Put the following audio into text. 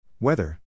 Weather